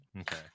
okay